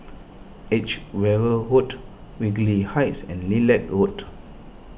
Edgeware Road Whitley Heights and Lilac Road